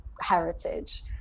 heritage